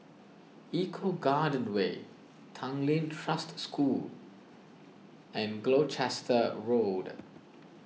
Eco Garden Way Tanglin Trust School and Gloucester Road